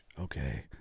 Okay